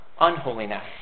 unholiness